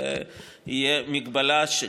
תהיה מגבלה.